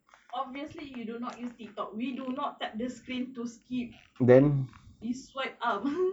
obviously you do not use tiktok we do not tap the screen to skip then you swipe up